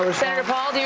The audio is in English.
ah senator paul, do you